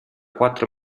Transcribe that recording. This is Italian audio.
quattro